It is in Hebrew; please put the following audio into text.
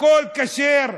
הכול כשר,